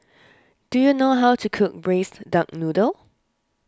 do you know how to cook Braised Duck Noodle